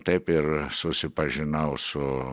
taip ir susipažinau su